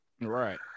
Right